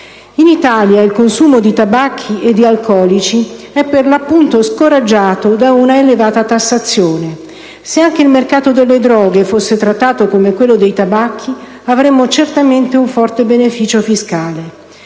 In Italia il consumo di tabacchi e di alcolici è per l'appunto scoraggiato da un'elevata tassazione. Se anche il mercato delle droghe fosse trattato come quello dei tabacchi avremmo certamente un forte beneficio fiscale.